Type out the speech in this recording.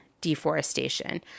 deforestation